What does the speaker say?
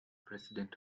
president